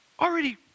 already